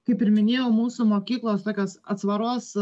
kaip ir minėjau mūsų mokyklos tokios atsvaros